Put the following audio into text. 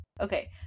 Okay